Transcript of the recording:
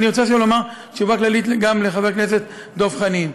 ואני רוצה עכשיו לומר תשובה כללית גם לחבר הכנסת דב חנין.